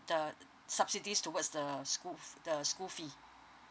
the subsidies towards the school the school fee